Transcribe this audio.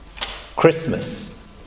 Christmas